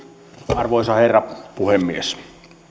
arvoisa herra puhemies